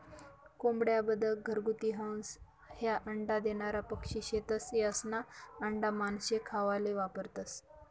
कोंबड्या, बदक, घरगुती हंस, ह्या अंडा देनारा पक्शी शेतस, यास्ना आंडा मानशे खावाले वापरतंस